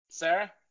Sarah